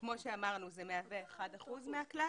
שכמו שאמרנו, זה מהווה 1% מהכלל.